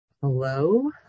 Hello